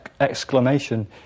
exclamation